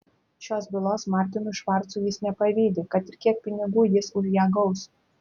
šios bylos martinui švarcui jis nepavydi kad ir kiek pinigų jis už ją gaus